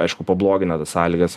aišku pablogina sąlygas